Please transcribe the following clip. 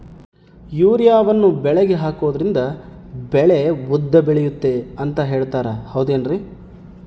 ಯೂರಿಯಾವನ್ನು ಬೆಳೆಗೆ ಹಾಕೋದ್ರಿಂದ ಬೆಳೆ ಉದ್ದ ಬೆಳೆಯುತ್ತೆ ಅಂತ ಹೇಳ್ತಾರ ಹೌದೇನ್ರಿ?